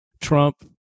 Trump